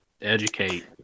Educate